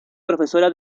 profesora